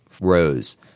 rows